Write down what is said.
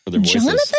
Jonathan